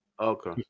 Okay